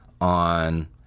on